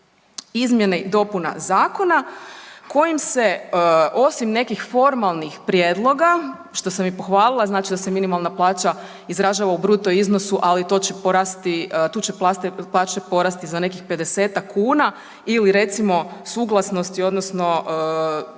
izmjena i dopuna zakona kojim se osim nekih formalnih prijedloga, što sam i pohvalila, znači da se minimalna plaća izražava u bruto iznosu, ali tu će plaće porasti za nekih 50-tak kuna ili recimo suglasnosti odnosno izrijekom